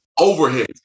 Overhead